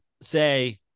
say